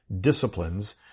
disciplines